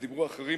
ודיברו אחרים,